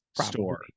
store